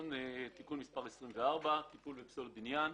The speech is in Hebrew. (תיקון מס' 24) (טיפול בפסולת בניין).